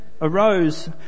arose